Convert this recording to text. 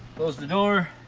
close the door,